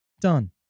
done